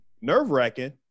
nerve-wracking